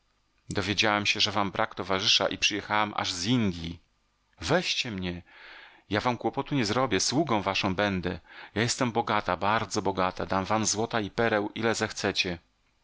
dowiedziałam się że wam brak towarzysza i przyjechałam aż z indji weźcie mnie ja wam kłopotu nie zrobię sługą waszą będę ja jestem bogata bardzo bogata dam wam złota i pereł ile zechcecie